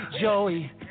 Joey